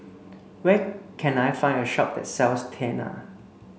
where can I find a shop that sells Tena